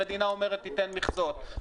המדינה אומרת: תיתן מכסות.